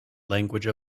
language